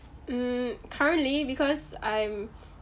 mm currently because I'm